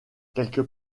quelques